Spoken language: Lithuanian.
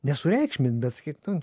nesureikšmint bet sakyt nu